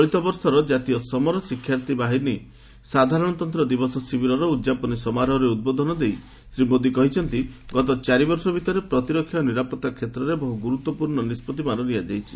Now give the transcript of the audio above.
ଚଳିତ ବର୍ଷର national cadet corps ସାଧାରଣତନ୍ତ୍ର ଦିବସ କ୍ୟାମ୍ପ୍ର ଉଦ୍ଯାପନୀ ସମାରୋହରେ ଉଦ୍ବୋଧନ ଦେଇ ଶ୍ରୀ ମୋଦି କହିଛନ୍ତି ଗତ ଚାରି ବର୍ଷ ଭିତରେ ପ୍ରତିରକ୍ଷା ଓ ନିରାପତ୍ତା କ୍ଷେତ୍ରରେ ବହୁ ଗୁରୁତ୍ୱପୂର୍ଣ୍ଣ ନିଷ୍କଭିମାନ ନିଆଯାଇଛି